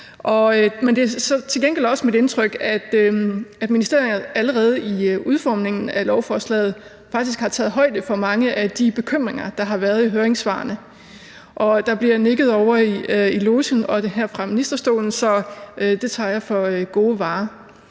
Men det er til gengæld også mit indtryk, at ministeriet allerede i udformningen af lovforslaget faktisk har taget højde for mange af de bekymringer, der er blevet givet udtryk for i høringssvarene. Der bliver nikket ovre i logen og fra ministerstolen, så det tager jeg for gode varer.